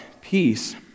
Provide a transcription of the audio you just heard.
peace